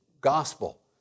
gospel